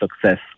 success